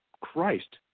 Christ